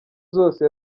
zose